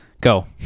Go